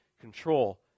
control